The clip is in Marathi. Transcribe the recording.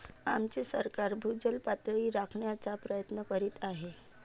आमचे सरकार भूजल पातळी राखण्याचा प्रयत्न करीत आहे